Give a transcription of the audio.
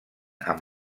amb